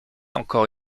encore